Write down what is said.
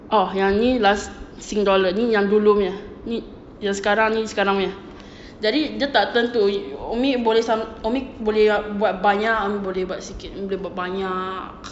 oh yang ni last sing dollar ni yang dulu punya ni yang sekarang ni sekarang punya jadi dia tak turn to umi boleh umi boleh buat banyak boleh buat sikit boleh buat banyak